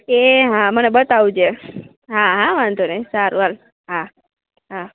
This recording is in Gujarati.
એ હા મને બતાવજે હા હા વાંધો નઇ સારું હાલ હા હા